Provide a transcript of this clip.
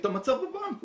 את המצב בבנק.